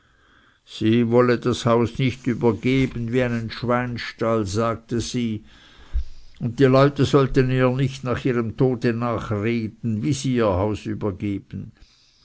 sie wolle das haus nicht übergeben wie einen schweinstall sagte sie und die leute sollten ihr nicht nach ihrem tode nachreden wie sie ihr haus übergeben